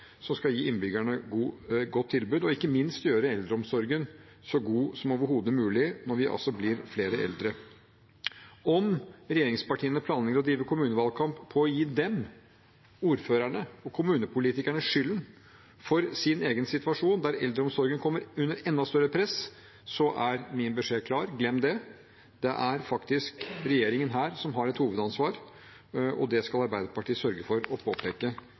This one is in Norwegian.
som skal gi innbyggerne et godt tilbud, og som ikke minst skal gjøre eldreomsorgen så god som overhodet mulig, når vi altså blir flere eldre. Om regjeringspartiene planlegger å drive kommunevalgkamp på å gi dem, ordførerne og kommunepolitikerne, skylden for sin egen situasjon, der eldreomsorgen kommer under enda større press, er min beskjed klar: Glem det, det er faktisk regjeringen som her har et hovedansvar, og det skal Arbeiderpartiet sørge for å påpeke